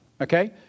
Okay